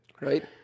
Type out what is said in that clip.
right